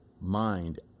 mind